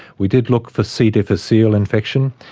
we did look for c difficile infection.